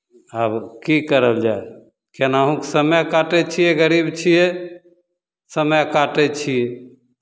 आब की करल जाय केनाहुँक समय काटै छियै गरीब छियै समय काटै छी